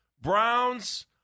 Browns